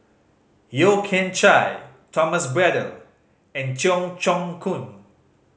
Yeo Kian Chai Thomas Braddell and Cheong Choong Kong